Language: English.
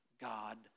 God